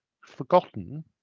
forgotten